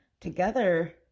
together